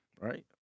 Right